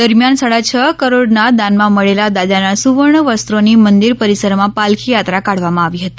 દરમિયાન સાડા છ કરોડના દાનમાં મળેલા દાદાના સુવર્ણ વસ્ત્રોની મંદિર પરિસરમાં પાલખી યાત્રા કાઢવામાં આવી હતી